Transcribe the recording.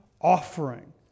offering